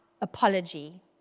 apology